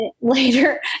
later